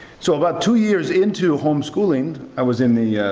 so about two years into homeschooling, i was in the